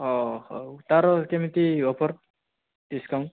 ହେଉ ତାର କେମିତି ଅଫର ଡ଼ିସକାଉଣ୍ଟ